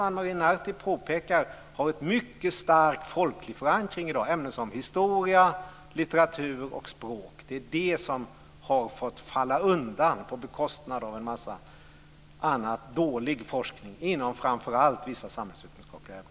Ana Maria Narti påpekade att de har en mycket stark folklig förankring i dag. Det är ämnen som historia, litteratur och språk. Det är dessa ämnen som har fått falla undan till fördel för en massa annan dålig forskning inom framför allt vissa samhällsvetenskapliga ämnen.